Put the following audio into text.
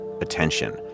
attention